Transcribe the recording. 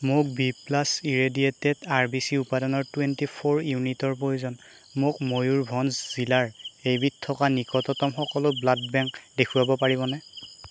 মোক B plus irradiated R B C উপাদানৰ twenty four ইউনিটৰ প্ৰয়োজন মোক ময়ুৰভঞ্জ জিলাৰ এইবিধ থকা নিকটতম সকলো ব্লাড বেংক দেখুৱাব পাৰিবনে